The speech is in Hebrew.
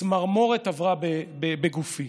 צמרמורת עברה בגופי.